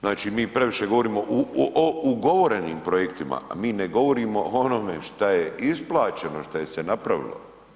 Znači mi previše govorimo o ugovorenim projektima, a mi ne govorimo o onome šta je isplaćeno, šta je se napravilo.